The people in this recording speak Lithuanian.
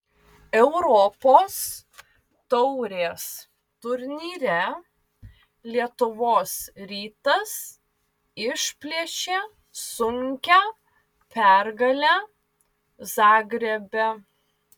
europos taurės turnyre lietuvos rytas išplėšė sunkią pergalę zagrebe